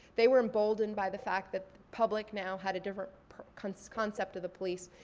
they were emboldened by the fact that the public now had a different concept concept of the police.